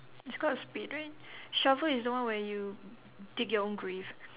it's called a spade right shovel is the one where you dig your own grave